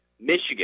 Michigan